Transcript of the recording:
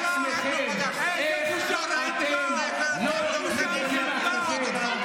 אתם לא נבוכים מעצמכם, איך אתם לא נבוכים מעצמכם.